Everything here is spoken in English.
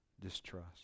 distrust